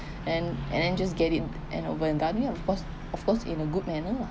and then and then just get it end over and done it ah of course of course in a good manner lah